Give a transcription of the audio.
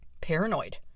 paranoid